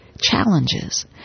challenges